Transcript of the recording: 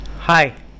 hi